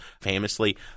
famously